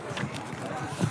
נתקבלה.